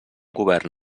govern